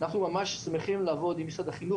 אנחנו ממש שמחים לעבוד עם משרד החינוך